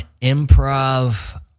improv